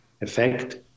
effect